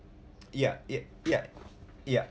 yep yep yep yep